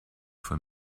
von